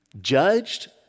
judged